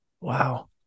wow